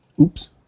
Oops